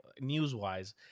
news-wise